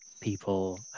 people